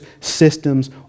systems